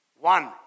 One